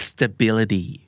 Stability